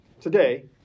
Today